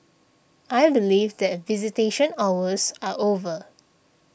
I believe that visitation hours are over